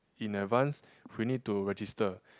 in advance we need to register